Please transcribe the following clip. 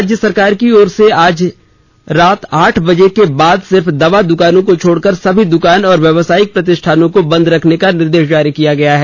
राज्य सरकार की ओर से आज से रात आठ बजे के बाद सिर्फ दवा द्रकानों को छोड़कर सभी दकान और व्यवसायिक प्रतिष्ठानों को बंद रखने का निर्देश जारी किया गया है